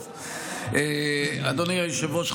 אדוני היושב-ראש,